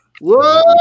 Whoa